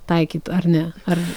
taikyt ar ne ar